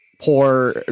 poor